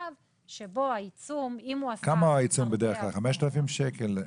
מה גובה העיצום בדרך כלל, 5,000 שקלים?